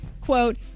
quote